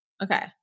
Okay